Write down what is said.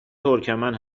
ترکمن